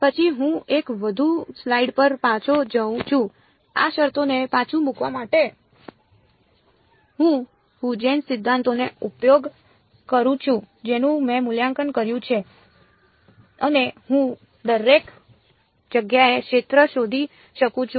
પછી હું 1 વધુ સ્લાઇડ પર પાછો જાઉં છું આ શરતોને પાછું મૂકવા માટે હું હ્યુજેન્સ સિદ્ધાંતનો ઉપયોગ કરું છું જેનું મેં મૂલ્યાંકન કર્યું છે અને હું દરેક જગ્યાએ ક્ષેત્ર શોધી શકું છું